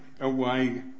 away